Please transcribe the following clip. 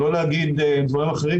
לא להגיד דברים אחרים,